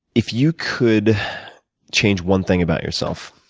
if you could change one thing about yourself,